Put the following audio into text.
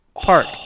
park